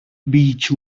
beech